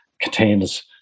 contains